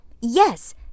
Yes